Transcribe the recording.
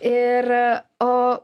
ir o